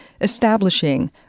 establishing